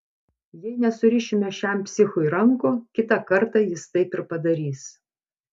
jei nesurišime šiam psichui rankų kitą kartą jis taip ir padarys